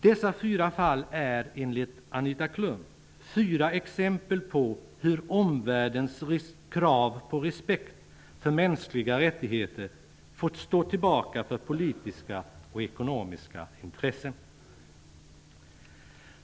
Dessa fyra fall är enligt Anita Klum fyra exempel på hur omvärldens krav på respekt för mänskliga rättigheter fått stå tillbaka för politiska och ekonomiska intressen.